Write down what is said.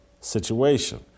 situation